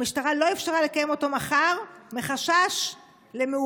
המשטרה לא אפשרה לקיים אותו מחר מחשש למהומות,